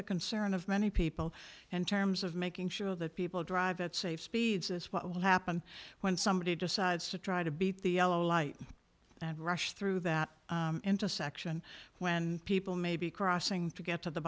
the concern of many people and terms of making sure that people drive at safe speeds is what will happen when somebody decides to try to beat the yellow light and rush through that intersection when people may be crossing to get to the